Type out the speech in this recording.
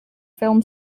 film